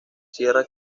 sierra